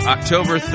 October